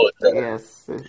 Yes